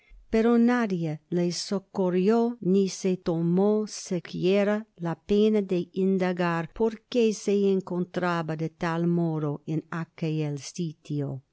pero nadie le socorrió ni se tomó siquiera la pena de indagar porque se encontraba de tal modo en aquel sitio